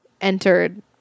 entered